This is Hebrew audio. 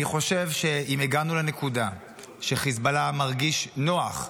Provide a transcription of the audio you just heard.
אני חושב שאם הגענו לנקודה שחיזבאללה מרגיש נוח,